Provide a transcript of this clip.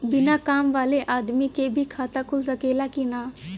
बिना काम वाले आदमी के भी खाता खुल सकेला की ना?